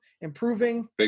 improving